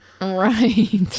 Right